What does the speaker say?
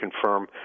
confirm